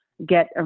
get